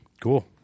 cool